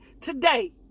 today